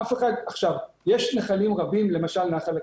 יש נחלים רבים, למשל נחל הקיבוצים,